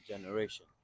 generation